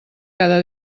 cada